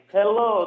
Hello